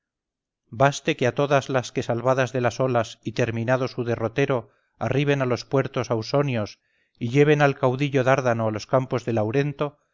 baste que a todas las que salvadas de las olas y terminado su derrotero arriben a los puertos ausonios y lleven al caudillo dárdano a los campos de laurento